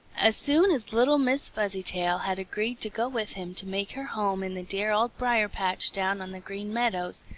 as soon as little miss fuzzytail had agreed to go with him to make her home in the dear old briar-patch down on the green meadows,